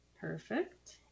perfect